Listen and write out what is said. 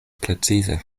precize